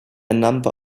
number